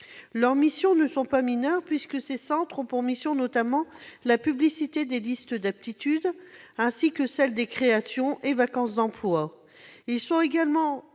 Leurs missions ne sont pas mineures, puisque ces centres assurent notamment la publicité des listes d'aptitude et des créations et vacances d'emploi.